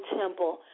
temple